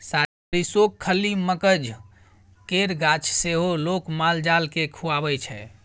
सरिसोक खल्ली, मकझ केर गाछ सेहो लोक माल जाल केँ खुआबै छै